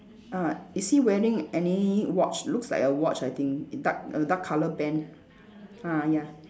ah is he wearing any watch looks like a watch I think dark dark colour band ah ya